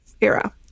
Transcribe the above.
era